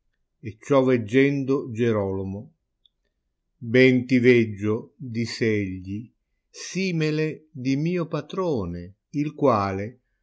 e ciò veggendo gierolomo ben ti veggio disse egli simele di mio patrone il quale